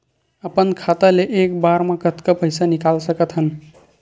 अपन खाता ले एक बार मा कतका पईसा निकाल सकत हन?